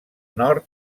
nord